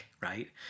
right